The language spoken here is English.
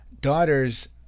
daughter's